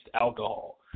alcohol